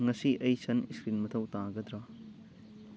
ꯉꯁꯤ ꯑꯩ ꯁꯟ ꯏꯁꯀ꯭ꯔꯤꯟ ꯃꯊꯧ ꯇꯥꯒꯗ꯭ꯔꯥ